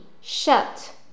shut